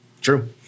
true